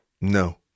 No